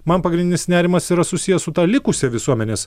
man pagrindinis nerimas yra susijęs su ta likusia visuomenės